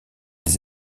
des